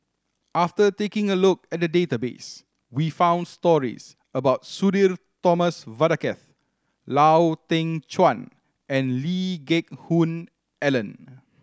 after taking a look at the database we found stories about Sudhir Thomas Vadaketh Lau Teng Chuan and Lee Geck Hoon Ellen